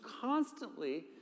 constantly